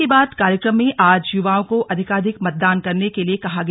मन की बात कार्यक्रम में आज यूवाओं को अधिकाधिक मतदान करने के लिए कहा गया